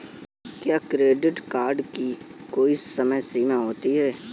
क्या credit card की कोई समय सीमा होती है?